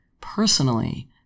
personally